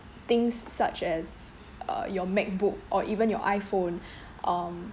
things such as uh your macbook or even your iphone um